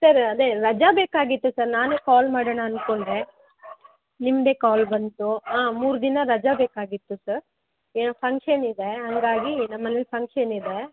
sir ಅದೇ ರಜೆ ಬೇಕಾಗಿತ್ತು ಸರ್ ನಾನೇ ಕಾಲ್ ಮಾಡೋಣ ಅನ್ಕೊಂಡೆ ನಿಮ್ಮದೇ ಕಾಲ್ ಬಂತು ಹಾಂ ಮೂರು ದಿನ ರಜೆ ಬೇಕಾಗಿತ್ತು ಸರ್ ಏನೋ ಫಂಕ್ಷನ್ ಇದೆ ಹಾಗಾಗಿ ನಮ್ಮ ಮನೇಲಿ ಫಂಕ್ಷನ್ ಇದೆ